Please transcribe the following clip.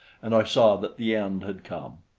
and i saw that the end had come.